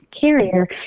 carrier